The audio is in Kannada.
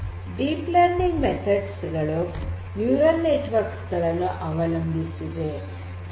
ಡೀಪ್ ಲರ್ನಿಂಗ್ ಮೆಥಡ್ಸ್ ಗಳು ನ್ಯೂರಲ್ ನೆಟ್ವರ್ಕ್ ಗಳನ್ನು ಅವಲಂಬಿಸಿವೆ